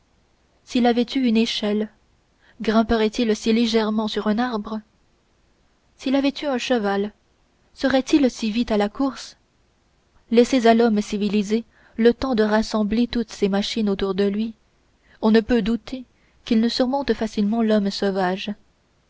s'il avait eu une échelle grimperait il si légèrement sur un arbre s'il avait eu un cheval serait-il si vite à la course laissez à l'homme civilisé le temps de rassembler toutes ses machines autour de lui on ne peut douter qu'il ne surmonte facilement l'homme sauvage